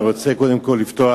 אני רוצה קודם כול לפתוח